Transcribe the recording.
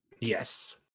Yes